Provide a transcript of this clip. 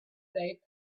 they